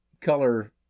color